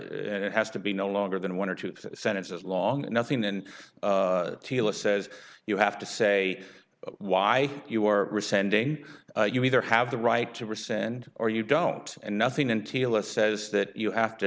has to be no longer than one or two sentences long nothing and teela says you have to say why you are sending you either have the right to resend or you don't and nothing until it says that you have to